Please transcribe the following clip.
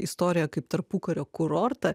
istoriją kaip tarpukario kurortą